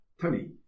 Tony